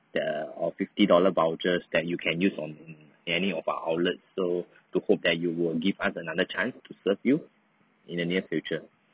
the our fifty dollar vouchers that you can use on any of our outlets so to hope that you will give us another chance to serve you in the near future